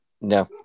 No